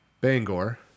Bangor